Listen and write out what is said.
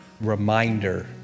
reminder